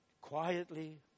quietly